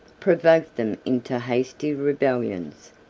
provoked them into hasty rebellions,